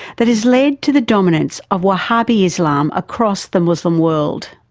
that has led to the dominance of wahhabi islam across the muslim world.